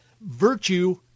virtue